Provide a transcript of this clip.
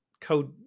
code